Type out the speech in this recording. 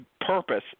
purpose